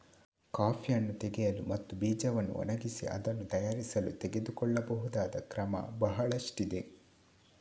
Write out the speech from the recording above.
coffee ಹಣ್ಣು ತೆಗೆಯಲು ಮತ್ತು ಬೀಜವನ್ನು ಒಣಗಿಸಿ ಅದನ್ನು ತಯಾರಿಸಲು ತೆಗೆದುಕೊಳ್ಳಬಹುದಾದ ಕ್ರಮ ಬಹಳಷ್ಟಿವೆ